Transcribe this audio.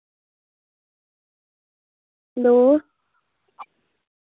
hello